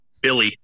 Billy